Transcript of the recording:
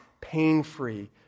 pain-free